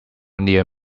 near